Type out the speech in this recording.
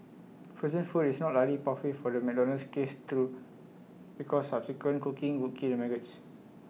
frozen food is not likely pathway for the McDonald's case through because subsequent cooking would kill maggots